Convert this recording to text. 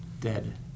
dead